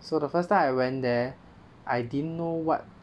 so the first time I went there I didn't know what